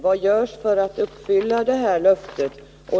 Vad görs för att uppfylla detta löfte?